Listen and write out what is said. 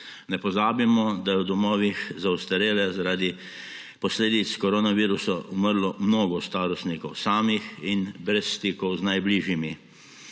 Ne pozabimo, da je v domovih za ostarele zaradi posledic koronavirusa umrlo mnogo starostnikov samih in brez stikov z najbližjimi.